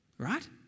Right